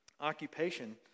occupation